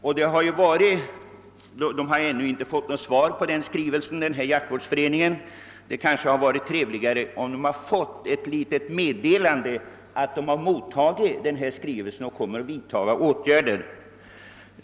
Ifrågavarande jaktvårdsförening hade ännu inte fått något svar; det hade kanske varit trevligt om den hade fått ett meddelande om att skrivelsen mottagits och att åtgärder förbereds.